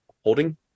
holding